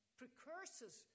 precursors